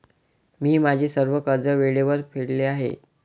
मी माझे सर्व कर्ज वेळेवर फेडले आहे